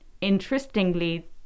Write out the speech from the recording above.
interestingly